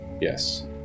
Yes